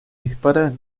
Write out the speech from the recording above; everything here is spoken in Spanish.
dispara